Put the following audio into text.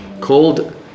called